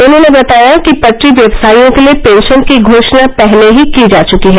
उन्होंने बताया कि पटरी व्यवसाइयों के लिये पेंशन की घो ाणा पहले ही की जा चुकी है